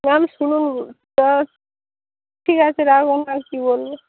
ma'am শুনুন তা ঠিক আছে রাখুন আর কি বলব